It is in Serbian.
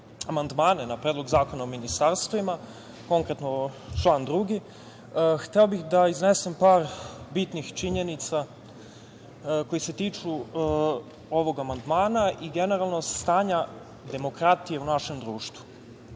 na Predlog zakona o ministarstvima, konkretno član 2, hteo bih da iznesem par bitnih činjenica koje se tiču ovog amandmana i stanja demokratije u našem društvu. Često